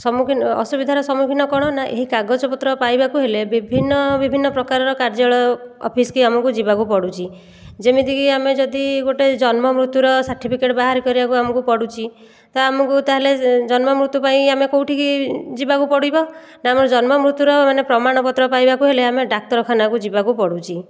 ସମ୍ମୁଖୀନ ଅସୁବିଧାର ସମ୍ମୁଖୀନ କ'ଣ ନା ଏହି କାଗଜ ପତ୍ର ପାଇବାକୁ ହେଲେ ବିଭିନ୍ନ ବିଭିନ୍ନ ପ୍ରକାରର କାର୍ଯ୍ୟଳୟ ଅଫିସକୁ ଆମକୁ ଯିବାକୁ ପଡ଼ୁଛି ଯେମିତିକି ଆମେ ଯଦି ଗୋଟିଏ ଜନ୍ମ ମୃତ୍ୟୁର ସାର୍ଟିଫିକେଟ ବାହାର କରିବାକୁ ଆମକୁ ପଡ଼ୁଛି ତ ଆମକୁ ତା'ହେଲେ ଜନ୍ମ ମୃତ୍ୟୁ ପାଇଁ ଆମେ କେଉଁଠିକୁ ଯିବାକୁ ପଡ଼ିବ ନା ଆମର ଜନ୍ମ ମୃତ୍ୟୁର ମାନେ ପ୍ରମାଣ ପତ୍ର ପାଇବାକୁ ହେଲେ ଆମେ ଡାକ୍ତରଖାନାକୁ ଯିବାକୁ ପଡ଼ୁଛି